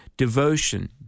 Devotion